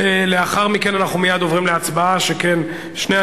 לקריאה שנייה